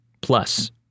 Plus